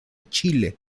chile